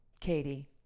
Katie